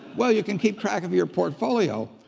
well you can keep track of your portfolio.